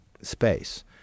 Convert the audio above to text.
space